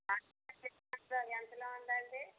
ఎంతలో ఉందండి